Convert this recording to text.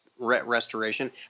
restoration